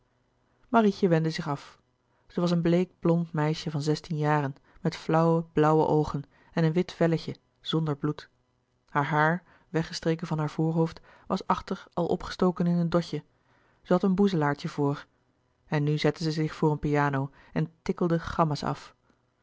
marietje wendde zich af zij was een bleek blond meisje van zestien jaren met flauwe blauwe oogen en een wit velletje zonder bloed haar haar weggestreken van haar voorhoofd was achter al opgestoken in een dotje zij had een boezelaartje voor en nu zette zij zich voor een piano en tikkelde gamma's af